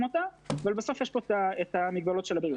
אותה אבל בסוף יש כאן את המגבלות של הבריאות.